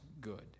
good